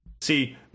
see